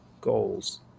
goals